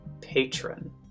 patron